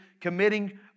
committing